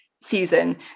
season